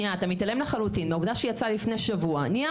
אתה מתעלם לחלוטין מהעובדה שיצא לפני שבוע נייר